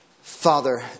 Father